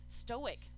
stoic